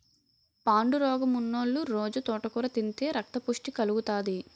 పాండురోగమున్నోలు రొజూ తోటకూర తింతే రక్తపుష్టి కలుగుతాది